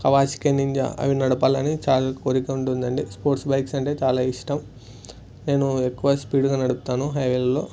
Kawasaki ninja అవి నడపాలని చాలా కోరిక ఉంటుంది అండి స్పోర్ట్స్ బైక్స్ అంటే చాలా ఇష్టం నేను ఎక్కువ స్పీడ్గా నడుపుతాను హైవేలలో